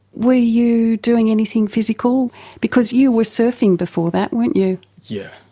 were you doing anything physical because you were surfing before that weren't you? yeah